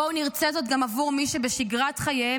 בואו נרצה זאת גם עבור מי שבשגרת חייהם